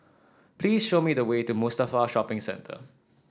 please show me the way to Mustafa Shopping Centre